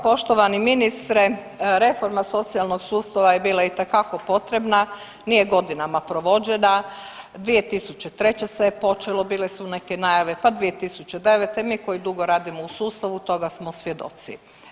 Poštovani ministre reforma socijalnog sustava je bila itekako potrebna, nije godinama provođena, 2003. se je počelo bile su neke najave, pa 2009., mi koji dugo radimo u sustavu toga smo svjedoci.